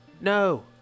no